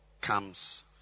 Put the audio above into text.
comes